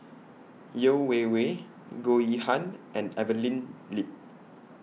Yeo Wei Wei Goh Yihan and Evelyn Lip